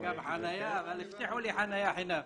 וגם חניה, אבל הבטיחו לי חניה חינם.